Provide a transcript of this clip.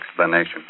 explanation